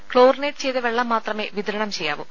chlorinate ചെയ്ത വെള്ളം മാത്രമേ വിതരണം ചെയ്യാവൂ